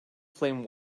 flame